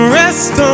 rest